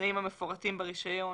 בתנאים המפורטים ברישיון